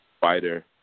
fighter